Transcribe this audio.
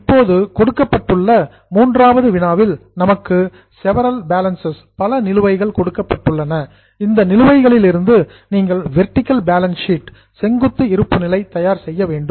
இப்போது கொடுக்கப்பட்டுள்ள மூன்றாவது வினாவில் நமக்கு செவரல் பேலன்ஸ்சஸ் பல நிலுவைகள் கொடுக்கப்பட்டுள்ளன இந்த நிலுவைகளிலிருந்து நீங்கள் வெர்டிக்கல் பேலன்ஸ் ஷீட் செங்குத்து இருப்புநிலை தயார் செய்ய வேண்டும்